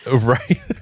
Right